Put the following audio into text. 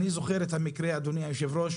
אני זוכר את המקרה, אדוני היושב-ראש,